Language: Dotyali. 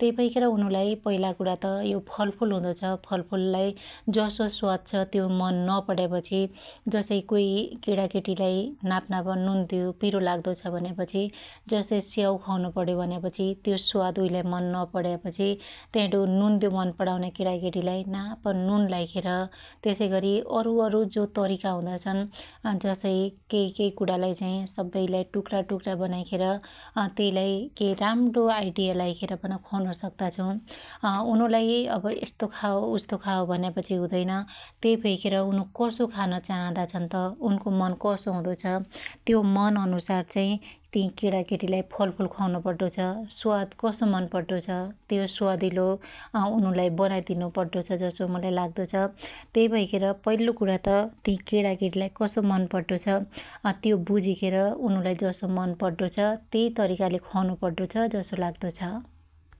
त्यइ भैखेर उनुलाई पहिला कुणा त यो फलफुल हुदो छ फलफुललाई जसो स्वाद छ त्यो मन नपड्यापछि जसै कोइ केणाकेटीलाई नाप्नाप नुन्द्ययो पिरो लाग्दो छ भन्यापछि जसै स्याउ ख्वाउनु पण्यो भन्यापछि त्यो स्वाद उइलाइ मन नपड्यापछि त्याइणो नुन्द्यो मन पणाउन्या केणाकेटीलाइ नाप नुन लाइखेर त्यसैगरी अरु अरु जो तरीका हुदाछन जसै केके कुणालाई चाहि सब्बैलाई टुक्क्रा टुक्क्रा बनाइखेर अत्यइलाई केइ राम्रो आइडिया लाइखेर पन खुवाउन सक्त्ता छौ । उनुलाइ अब यस्तो खाव उस्तो खाव भन्यापछि हुदैन त्यइ भैखेर उनु कसो खाना खान चाहदा छन् त उनुको मन कसो हुदो छ त्यो मन अनुसार चाहि ति केणाकेटीलाई फलफुल ख्वाउनु पड्डो छ । स्वाद कसो मन पड्डो छ त्यो स्वादिलो अउनुलाई बनाइदिनु पड्डो छ जसो मुलाई लागरदो छ । त्यइ भैखेर पइल्लो कुणा त ति केणाकेटिलाई कसो मन पड्डो छ अत्यो बुजीखेर उनुलाई जसो मन पड्डो छ त्यई तरिकाले ख्वाउनु पड्डो छ जसो लाग्दो छ ।